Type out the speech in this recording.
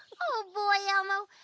oh boy elmo,